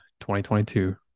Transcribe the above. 2022